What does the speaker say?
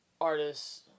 artists